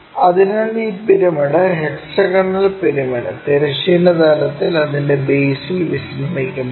അതിനാൽ ഈ pyramid hexagonal pyramid തിരശ്ചീന തലത്തിൽ അതിന്റെ ബേസിൽ വിശ്രമിക്കുമ്പോൾ